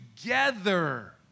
together